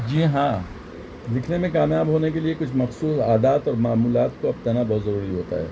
جی ہاں لکھنے میں کامیاب ہونے کے لیے کچھ مخصوص عادات اور معمولات کو اپنانا بہت ضروری ہوتا ہے